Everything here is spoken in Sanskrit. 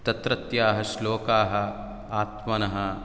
तत्रत्याः श्लोकाः आत्मनः